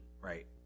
Right